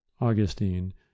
Augustine